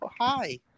Hi